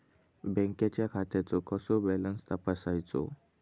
बँकेच्या खात्याचो कसो बॅलन्स तपासायचो?